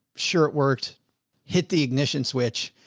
sure. it worked hit the ignition switch.